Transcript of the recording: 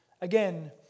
Again